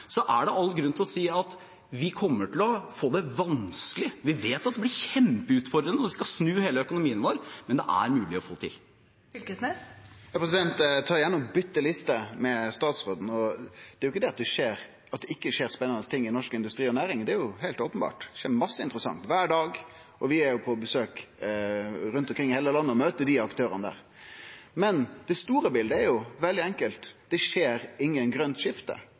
er: Det er all grunn til å si at vi kommer til å få det vanskelig, vi vet at det blir kjempeutfordrende når vi skal snu hele økonomien vår, men det er mulig å få det til. Eg byter gjerne liste med statsråden. Det er ikkje det at det ikkje skjer spennande ting i norsk industri og næring – det er heilt openbert. Det skjer mykje interessant – kvar dag. Vi er besøk rundt omkring i heile landet og møter desse aktørane. Men det store biletet er veldig enkelt: Det skjer ikkje noko grønt skifte.